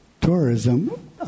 Tourism